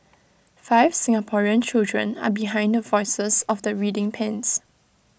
five Singaporean children are behind the voices of the reading pens